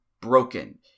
broken